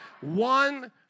One